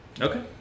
Okay